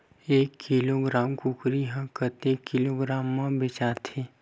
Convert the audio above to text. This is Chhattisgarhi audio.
एक किलोग्राम कुकरी ह कतेक किलोग्राम म बेचाथे?